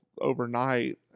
overnight